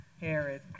Herod